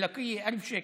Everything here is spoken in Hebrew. לקיה, 1,000 שקל.